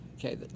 Okay